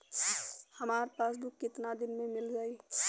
हमार पासबुक कितना दिन में मील जाई?